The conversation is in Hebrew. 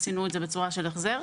עשינו את זה בצורה של החזר.